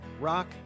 rock